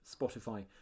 Spotify